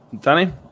Danny